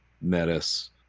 Metis